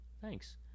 Thanks